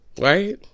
Right